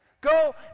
Go